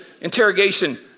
interrogation